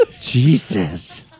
Jesus